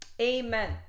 Amen